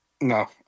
No